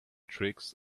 tricks